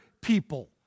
people